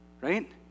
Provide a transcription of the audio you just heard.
Right